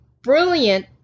brilliant